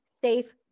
safe